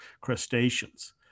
crustaceans